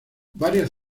varias